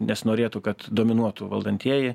nesinorėtų kad dominuotų valdantieji